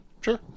Sure